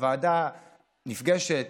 הוועדה נפגשת,